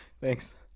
Thanks